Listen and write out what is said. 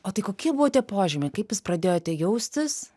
o tai kokie buvote tie požymiai kaip pradėjote jaustis